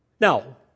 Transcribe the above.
Now